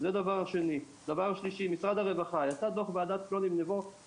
דבר שלישי, משרד הרווחה, יצא דו"ח וועדה ב-2008,